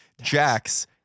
Jax